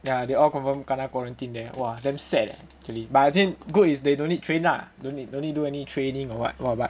ya they all confirm kena quarentine there !wah! damn sad eh actually but I think good is they don't need train lah no need no need do any training or [what] [what] [what]